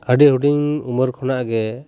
ᱟᱹᱰᱤ ᱦᱩᱰᱤᱧ ᱩᱢᱮᱨ ᱠᱷᱚᱱᱟᱜ ᱜᱮ